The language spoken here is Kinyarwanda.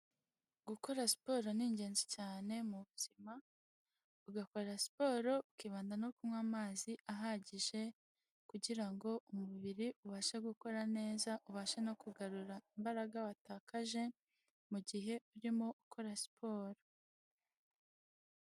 Gukora siporo ni ingenzi cyane mu buzima, ugakora siporo, ukibanda no kunywa amazi ahagije kugira ngo umubiri ubashe gukora neza, ubashe no kugarura imbaraga watakaje, mu gihe urimo ukora siporo.